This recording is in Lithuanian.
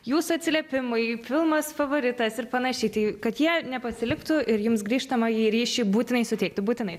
jūsų atsiliepimai filmas favoritas ir panašiai tai kad jie nepasiliktų ir jums grįžtamąjį ryšį būtinai suteiktų būtinai